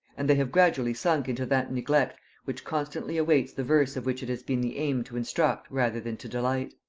and they have gradually sunk into that neglect which constantly awaits the verse of which it has been the aim to instruct rather than to delight.